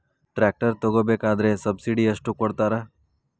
Tractor ತಗೋಬೇಕಾದ್ರೆ subsidy ಎಷ್ಟು ಕೊಡ್ತಾರ?